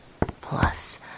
Plus